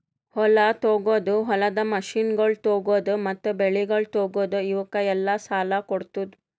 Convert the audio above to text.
ಹೊಲ ತೊಗೋದು, ಹೊಲದ ಮಷೀನಗೊಳ್ ತೊಗೋದು, ಮತ್ತ ಬೆಳಿಗೊಳ್ ತೊಗೋದು, ಇವುಕ್ ಎಲ್ಲಾ ಸಾಲ ಕೊಡ್ತುದ್